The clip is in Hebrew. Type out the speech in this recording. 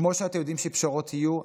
כמו שאתם יודעים שפשרות יהיו,